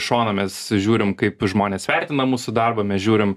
šoną mes žiūrim kaip žmonės vertina mūsų darbą mes žiūrim